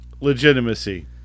Legitimacy